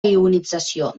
ionització